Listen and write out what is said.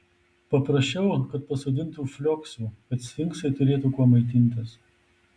paprašiau kad pasodintų flioksų kad sfinksai turėtų kuo maitintis